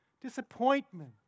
disappointment